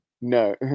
No